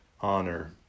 honor